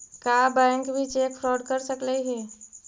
का बैंक भी cheque fraud कर सकलई हे?